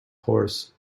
horse